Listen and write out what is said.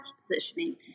positioning